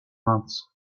months